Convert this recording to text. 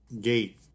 gate